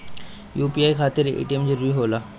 UPI खातिर ATM जरूरी होला?